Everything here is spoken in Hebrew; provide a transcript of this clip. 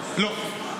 לא.